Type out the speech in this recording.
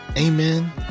Amen